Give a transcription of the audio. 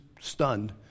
stunned